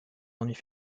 ennuis